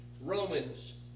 Romans